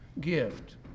gift